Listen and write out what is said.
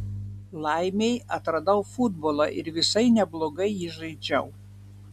laimei atradau futbolą ir visai neblogai jį žaidžiau